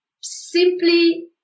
simply